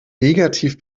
negativ